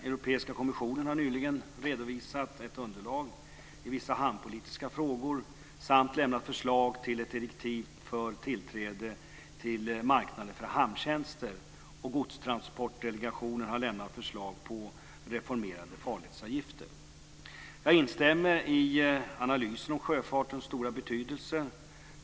Europeiska kommissionen har nyligen redovisat ett underlag i vissa hamnpolitiska frågor samt lämnat förslag till ett direktiv för tillträde till marknaden för hamntjänster, och Godstransportdelegationen har lämnat förslag på reformerade farledsavgifter. Jag instämmer i analysen av sjöfartens stora betydelse.